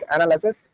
Analysis